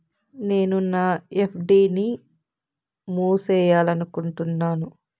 నేను నా ఎఫ్.డి ని మూసేయాలనుకుంటున్నాను